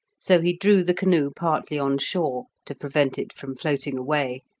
so he drew the canoe partly on shore, to prevent it from floating away,